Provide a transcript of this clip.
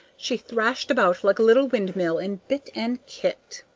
she thrashed about like a little windmill and bit and kicked.